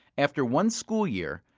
after one school year,